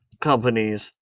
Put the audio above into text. companies